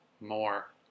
more